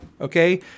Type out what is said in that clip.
Okay